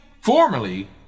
formerly